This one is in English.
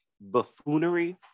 buffoonery